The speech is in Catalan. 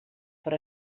per